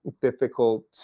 difficult